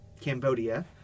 Cambodia